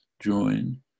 join